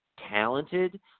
talented